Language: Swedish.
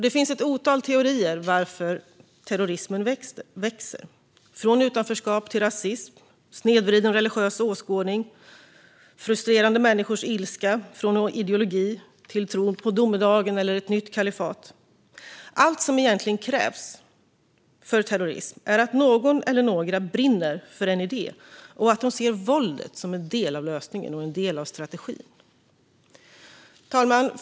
Det finns ett otal teorier om varför terrorismen växer: från utanförskap till rasism, från snedvriden religiös åskådning till frustrerade människors ilska, från ideologi till tron på domedagen eller ett nytt kalifat. Allt som egentligen krävs för terrorism är att någon eller några brinner för en idé och att de ser våldet som en del av lösningen och en del av strategin. Fru talman!